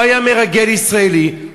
הוא היה מרגל ישראלי,